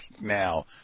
now